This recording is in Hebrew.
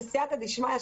בסייעתא דשמיא,